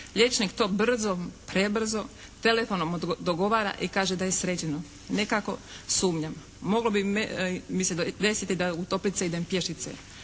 Liječnik to brzo, prebrzo telefonom dogovara i kaže da je sređeno. Nekako sumnjam. Moglo bi mi se desiti da u toplice idem pješice.